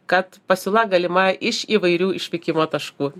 kad pasiūla galima iš įvairių išvykimo taškų